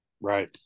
Right